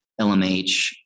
LMH